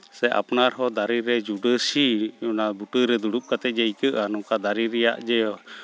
ᱥᱮ ᱟᱯᱱᱟᱨ ᱦᱚᱸ ᱫᱟᱨᱮ ᱨᱮ ᱡᱩᱰᱟᱹᱥᱤ ᱚᱱᱟ ᱵᱩᱴᱟᱹᱨᱮ ᱫᱩᱲᱩᱵ ᱠᱟᱛᱮᱫ ᱡᱮ ᱟᱹᱭᱠᱟᱹᱜᱼᱟ ᱱᱚᱝᱠᱟ ᱫᱟᱨᱮ ᱨᱮᱭᱟᱜ ᱡᱮ